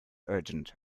urgent